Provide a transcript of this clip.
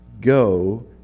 go